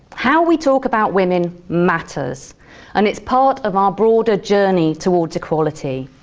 how we talk about women matters and it's part of our broader journey towards equality,